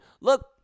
Look